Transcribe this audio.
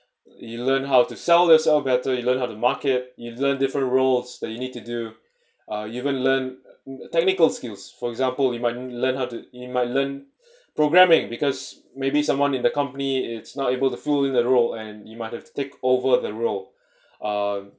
you learn how to sell this out better you learn how to market you learn different rules that you need to do uh you even learn technical skills for example you might learn how to you might learn programming because maybe someone in the company it's not able to fill in the role and you might have to take over the role um